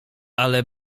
ale